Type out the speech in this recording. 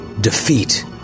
defeat